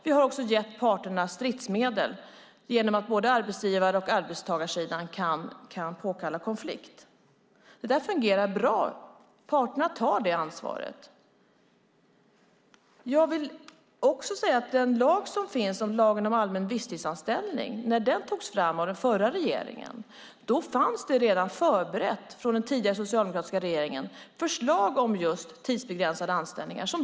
Vi har också gett parterna stridsmedel genom att både arbetsgivar och arbetstagarsidan kan påkalla konflikt. Det fungerar bra. Parterna tar det ansvaret. Jag vill också säga att när lagen om visstidsanställning togs fram av den förra regeringen fanns det redan av den tidigare, socialdemokratiska regeringen ett förslag förberett om just tidsbegränsade anställningar.